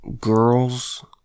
girls